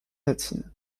latine